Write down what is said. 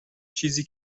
چیزی